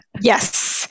Yes